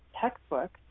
textbook